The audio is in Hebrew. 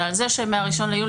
אלא על זה שהחל מה-1 ביולי,